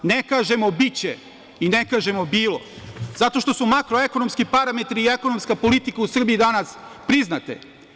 Ne kažemo biće i ne kažemo bilo zato što su makroekonomski parametri i ekonomska politika u Srbiji danas priznate.